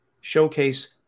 showcase